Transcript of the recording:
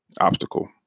obstacle